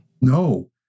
No